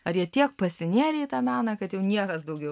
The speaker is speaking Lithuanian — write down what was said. ar jie tiek pasinėrę į tą meną kad jau niekas daugiau